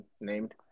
named